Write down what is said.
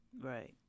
Right